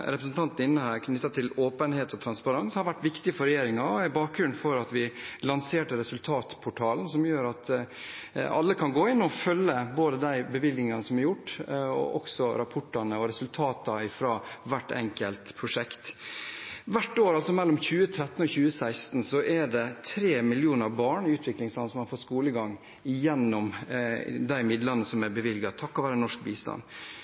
gjør at alle kan gå inn og følge både de bevilgningene som er gitt, og også rapportene og resultatene fra hvert enkelt prosjekt. Hvert år mellom 2013 og 2016 er det 3 millioner barn i utviklingsland som fått skolegang gjennom de midlene som er bevilget, takket være norsk bistand.